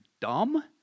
dumb